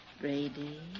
Brady